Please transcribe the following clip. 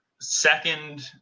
second –